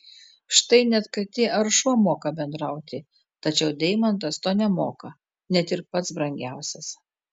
štai net katė ar šuo moka bendrauti tačiau deimantas to nemoka net ir pats brangiausias